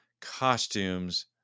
costumes